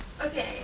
Okay